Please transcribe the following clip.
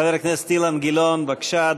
חבר הכנסת אילן גילאון, בבקשה,